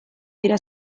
dira